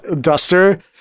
duster